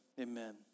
amen